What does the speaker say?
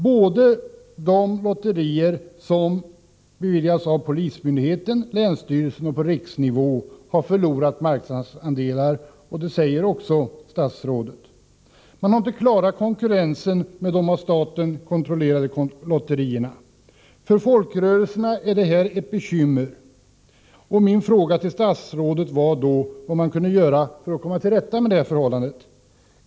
Både de lotterier som beviljas av polismyndighet och länsstyrelse och de som anordnas på riksnivå har förlorat marknadsandelar, och det säger också statsrådet. De har inte klarat konkurrensen med de av staten kontrollerade lotterierna. För folkrörelserna är detta ett bekymmer, och min fråga till statsrådet var då vad man kan göra för att komma till rätta med det här förhållandet.